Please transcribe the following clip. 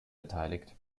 beteiligt